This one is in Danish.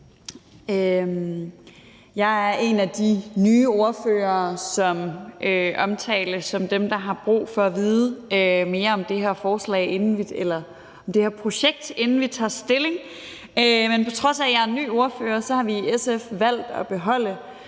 Jeg er en af de nye ordfører, som omtales som en af dem, der har brug for at vide mere om det her projekt, inden vi tager stilling. Men på trods af at jeg er ny ordfører, har vi i SF valgt at beholde